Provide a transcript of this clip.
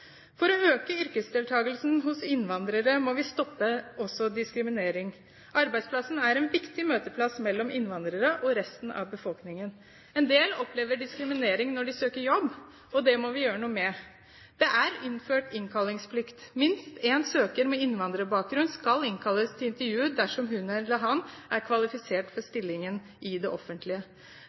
For å øke yrkesdeltakelsen hos innvandrere må vi også stoppe diskriminering. Arbeidsplassen er en viktig møteplass mellom innvandrere og resten av befolkningen. En del opplever diskriminering når de søker jobb, og det må vi gjøre noe med. Det er innført innkallingsplikt: Minst en søker med innvandrerbakgrunn skal innkalles til intervju dersom hun eller han er kvalifisert for stillinger i det offentlige.